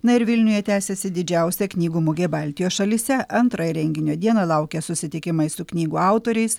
na ir vilniuje tęsiasi didžiausia knygų mugė baltijos šalyse antrąją renginio dieną laukia susitikimai su knygų autoriais